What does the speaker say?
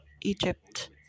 Egypt